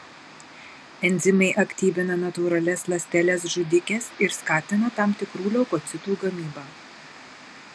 enzimai aktyvina natūralias ląsteles žudikes ir skatina tam tikrų leukocitų gamybą